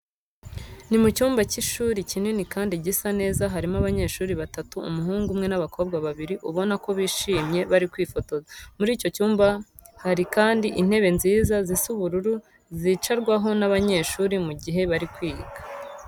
Ni mu cyumba cy'ishuri kinini kandi gisa neza, harimo abanyeshuri batatu umuhungu umwe n'abakobwa babiri ubona ko bishimye bari kwifotora. Muri icyo cyumba kandi harimo intebe nziza zisa ubururu zicarwaho n'abanyeshuri mu gihe bari kwiga.